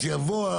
ושוב,